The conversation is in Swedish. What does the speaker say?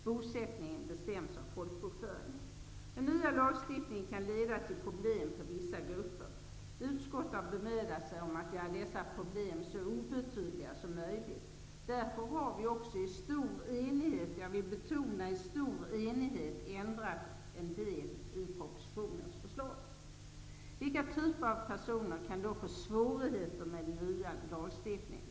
Bosättningstiden bestäms av folkbokföringen. Den nya lagstiftningen kan leda till problem för vissa grupper. Utskottet har bemödat sig att göra dessa problem så obetydliga som möjligt. Därför har vi också, i stor enighet -- det vill jag betona -- ändrat en del i propositionens förslag. Vilka typer av personer kan då få svårigheter med den nya lagstiftningen?